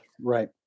right